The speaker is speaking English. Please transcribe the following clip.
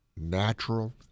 natural